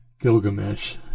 Gilgamesh